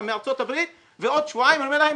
מארצות הברית ובעוד שבועיים אני אומר להם,